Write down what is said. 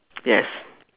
yes